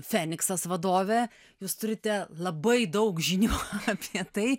feniksas vadovė jūs turite labai daug žinių apie tai